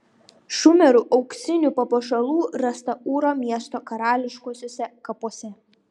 šumerų auksinių papuošalų rasta ūro miesto karališkuosiuose kapuose